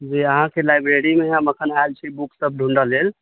जी अहाँके लाइब्रेरी मे हम अखन आयल छी बुक सभ ढूँढ़ऽ लेल